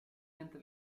entre